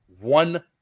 one